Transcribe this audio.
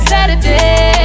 Saturday